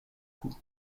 cou